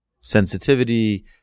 Sensitivity